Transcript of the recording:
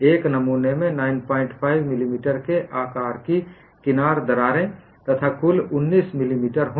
एक नमूने में 95 मिलीमीटर के आकार की किनार दरारें तथा कुल 19 मिलीमीटर होंगी